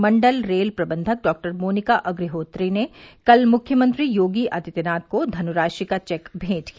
मण्डल रेल प्रबन्धक डॉक्टर मोनिका अग्निहोत्री ने कल मुख्यमंत्री योगी आदित्यनाथ को धनराशि का चेक भेंट किया